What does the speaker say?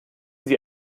sie